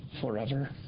forever